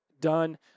done